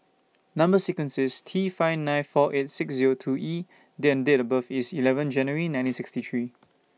Number sequence IS T five nine four eight six Zero two E and Date of birth IS eleven January nineteen sixty three